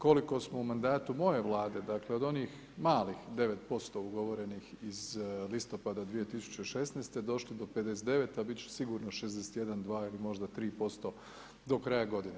Koliko smo u mandatu moje Vlade, dakle, od onih malih 9% ugovorenih iz listopada 2016. došli do 59, a biti će sigurno 61, 62 ili možda 63% do kraja godine.